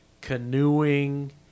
canoeing